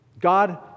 God